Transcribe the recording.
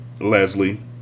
Leslie